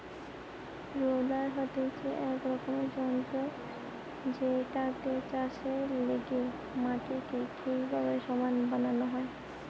roller হতিছে এক রকমের যন্ত্র জেটাতে চাষের লেগে মাটিকে ঠিকভাবে সমান বানানো হয়